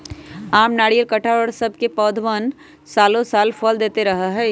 आम, नारियल, कटहल और सब के पौधवन सालो साल फल देते रहा हई